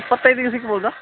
ಇಪ್ಪತ್ತೈದಿಗೆ ಸಿಗ್ಬೌದಾ